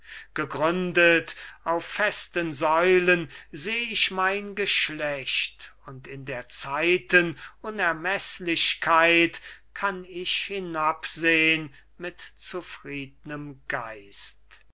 hebt gegründet auf festen säulen seh ich mein geschlecht und in der zeiten unermeßlichkeit kann ich hinabsehn mit zufriednem geist